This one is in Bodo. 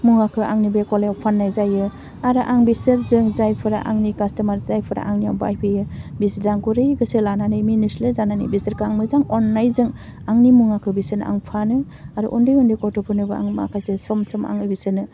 मुवाखौ आंनि बे गलायाव फाननाय जायो आरो आं बिसोर जों जायफोरा आंनि कास्टमार जायफोरा आंनियाव बायफैयो बिस्रा गुरै गोसो लानानै मिनिस्लु जानानै बेसोरखो आं मोजां अननायजों आंनि मुवाखौ बिसोरनो आं फानो आरो उन्दै उन्दै गथ'फोरनोबो आं माखासे सम सम आङो बिसोरनो